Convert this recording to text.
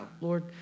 Lord